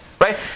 right